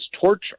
torture